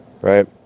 Right